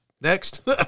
next